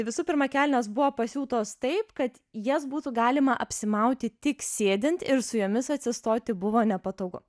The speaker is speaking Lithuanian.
visų pirma kelnės buvo pasiūtos taip kad jas būtų galima apsimauti tik sėdint ir su jomis atsistoti buvo nepatogu